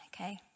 Okay